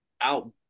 out